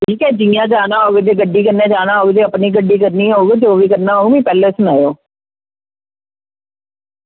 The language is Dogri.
क्योंकि जियां जाना होग गड्डी कन्नै जाना होग अपनी गड्डी करनी होग जो बी करना होग मिगी पैह्लें सनायो